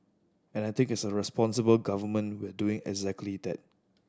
and I take as a responsible government we're doing exactly that